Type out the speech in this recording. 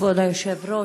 כבוד היושב-ראש,